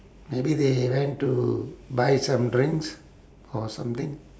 maybe they went to buy some drinks or something